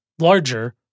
larger